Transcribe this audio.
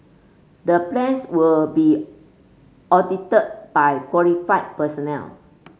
the plans will be audited by qualified personnel